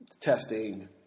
testing